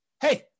hey